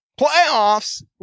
Playoffs